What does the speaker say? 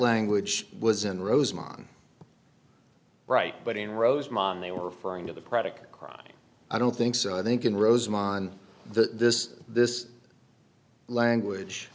language was in rosemont right but in rosemont they were referring to the predicate crime i don't think so i think in rosemont this this language